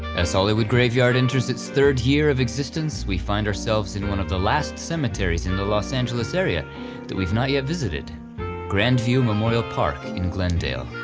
as hollywood graveyard enters its third year of existence we find ourselves in one of the last cemeteries in the los angeles area that we've not yet visited grandview memorial park in glendale.